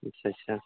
اچھا اچھا